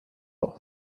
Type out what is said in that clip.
off